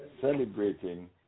celebrating